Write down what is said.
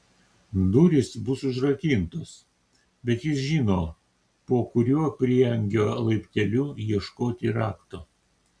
durys bus užrakintos bet jis žino po kuriuo prieangio laipteliu ieškoti rakto